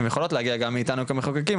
הן יכולות להגיע רק מאיתנו כמחוקקים,